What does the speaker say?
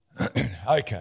Okay